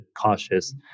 cautious